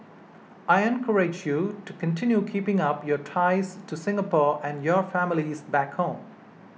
I encourage you to continue keeping up your ties to Singapore and your families back home